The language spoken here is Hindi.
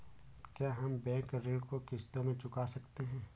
क्या हम बैंक ऋण को किश्तों में चुका सकते हैं?